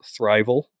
thrival